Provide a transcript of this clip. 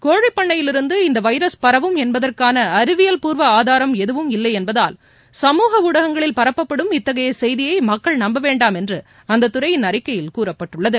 கோழிப்பண்ணையிலிருந்து இந்தவைரஸ் பரவும் என்பதற்கானஅறிவியல்பூர்வஆதாரம் எதுவும் இல்லையென்பதால் சமூக ஊடகங்களில் பரப்பப்படும் இத்தகையசெய்தியைமக்கள் நம்பவேண்டாம் என்றுஅந்ததுறையின் அறிக்கையில் கூறப்பட்டுள்ளது